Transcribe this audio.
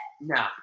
No